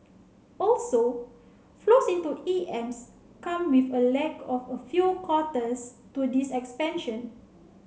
also flows into E Ms come with a lag of a few quarters to this expansion